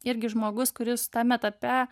irgi žmogus kuris tame etape